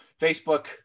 Facebook